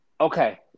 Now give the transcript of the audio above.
Okay